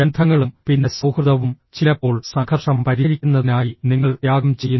ബന്ധങ്ങളും പിന്നെ സൌഹൃദവും ചിലപ്പോൾ സംഘർഷം പരിഹരിക്കുന്നതിനായി നിങ്ങൾ ത്യാഗം ചെയ്യുന്നു